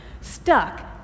stuck